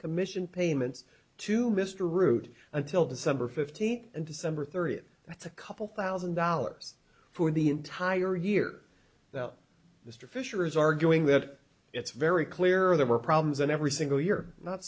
commission payments to mr root until december fifteenth and december thirtieth that's a couple thousand dollars for the entire year mr fisher is arguing that it's very clear there were problems in every single year not